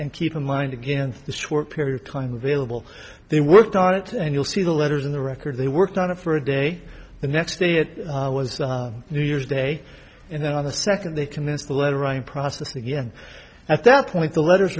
and keep in mind again the short period of time available they worked on it and you'll see the letters in the record they worked on it for a day the next day it was new year's day and then on the second they commenced the letter writing process again at that point the letters